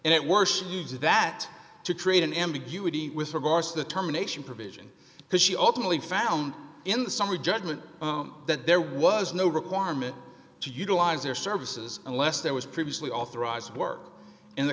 and it works use that to create an ambiguity with regard to the terminations provision because she ultimately found in the summary judgment that there was no requirement to utilize their services unless there was previously authorized work in the